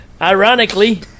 Ironically